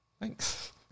Thanks